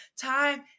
time